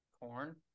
Corn